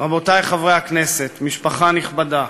רבותי חברי הכנסת, משפחה נכבדה,